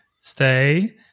stay